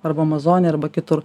arba vazone arba kitur